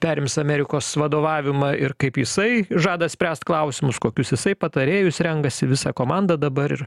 perims amerikos vadovavimą ir kaip jisai žada spręst klausimus kokius jisai patarėjus renkasi visą komandą dabar ir